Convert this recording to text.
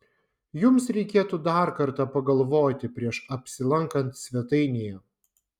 jums reikėtų dar kartą pagalvoti prieš apsilankant svetainėje